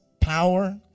power